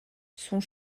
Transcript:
sont